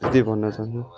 त्यति भन्न चाहन्छु